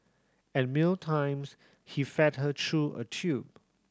at meal times he fed her through a tube